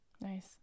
Nice